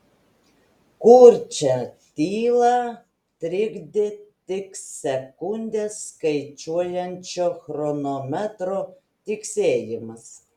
kurčią tylą trikdė tik sekundes skaičiuojančio chronometro tiksėjimas